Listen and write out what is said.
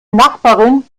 nachbarin